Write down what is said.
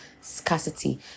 scarcity